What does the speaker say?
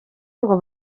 ngo